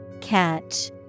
Catch